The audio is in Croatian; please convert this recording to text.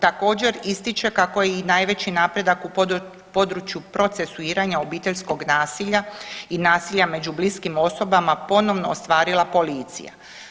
Također ističe kao je i najveći napredak u području procesuiranja obiteljskog nasilja i nasilja među bliskim osobama ponovno ostvarila policija.